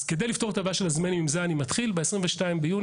אז כדי לפתור את הבעיה של הזמנים עם זה אני מתחיל ב-22 במאי,